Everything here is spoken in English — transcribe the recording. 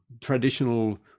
traditional